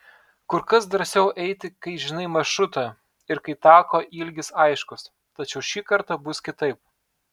kur kas drąsiau eiti kai žinai maršrutą ir kai tako ilgis aiškus tačiau šį kartą bus kitaip